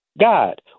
God